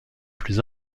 plus